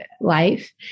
life